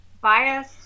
bias